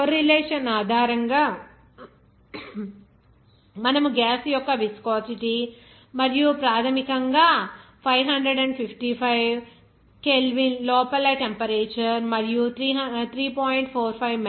ఈ correlation ఆధారంగా మనము గ్యాస్ యొక్క విస్కోసిటీ మరియు ప్రాథమికంగా 555 K లోపల టెంపరేచర్ మరియు 3